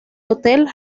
hotel